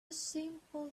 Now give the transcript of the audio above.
simple